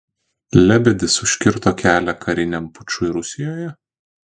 lebedis užkirto kelią kariniam pučui rusijoje